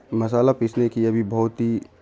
مصحالہ پیسنے کی ابھی بہت ہی